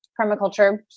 permaculture